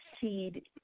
seed